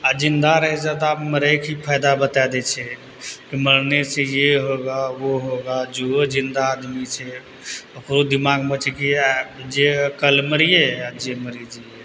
जिन्दा रहय छह तऽ मरयके फायदा बता दै छै मरने से ये होगा वो होगा जेहो जिन्दा आदमी छै ओकरो दिमागमे छै कि जे कल मरिये जे मरि जइए